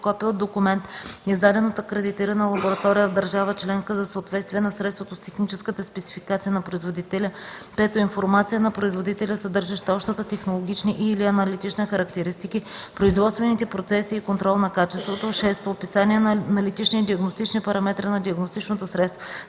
копие от документ, издаден от акредитирана лаборатория в държава членка, за съответствие на средството с техническата спецификация на производителя; 5. информация на производителя, съдържаща общите технологични и/или аналитични характеристики, производствените процеси и контрол на качеството; 6. описание на аналитични и диагностични параметри на диагностичното средство;